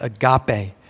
agape